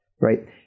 right